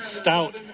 stout